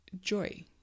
Joy